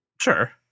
sure